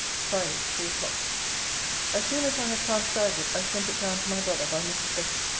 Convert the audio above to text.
friday, three o'clock as soon as i had transcribed it, i sent it down to my brother by mrs. betty.